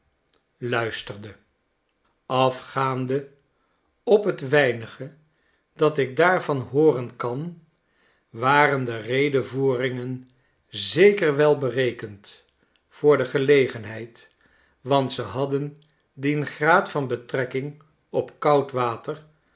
luisterde afgaande op het weinige dat ik daarvan hooren kan waren de redevoeringen zeker welberekend voor de gelegenheid want ze hadden dien graad van betrekking op koud water